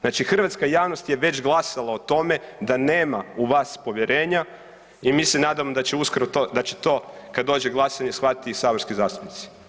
Znači hrvatska javnost je već glasala o tome da nema u vas povjerenja i mi se nadamo da će uskoro to, da će to kad dođe glasanje shvatiti i saborski zastupnici.